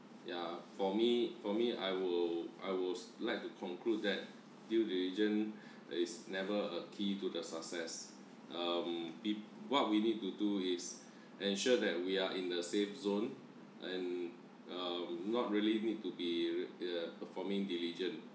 ya for me for me I will I was like to conclude that due diligence is never a key to the success um peop~ what we need to do is ensure that we are in the safe zone and uh not really need to be a performing diligent